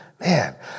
Man